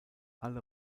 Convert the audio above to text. alle